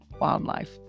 wildlife